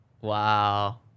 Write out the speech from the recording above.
Wow